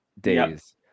days